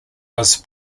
was